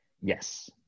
Yes